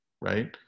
right